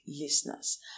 listeners